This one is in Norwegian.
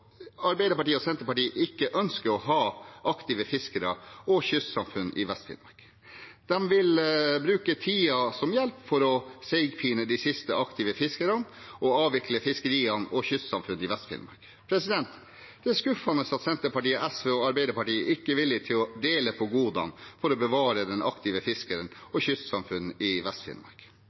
Senterpartiet ikke ønsker å ha aktive fiskere og kystsamfunn i Vest-Finnmark. De vil ta tiden til hjelp for å seigpine de siste aktive fiskerne og avvikle fiskerier og kystsamfunn i Vest-Finnmark. Det er skuffende at Senterpartiet, SV og Arbeiderpartiet ikke er villige til å dele på godene for å bevare den aktive fiskeren og kystsamfunn i